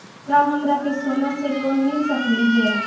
का हमरा के सोना से लोन मिल सकली हे?